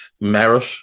merit